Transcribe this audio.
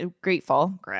grateful